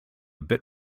bit